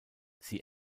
sie